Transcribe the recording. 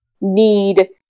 need